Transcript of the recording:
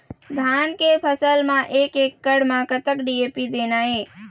धान के फसल म एक एकड़ म कतक डी.ए.पी देना ये?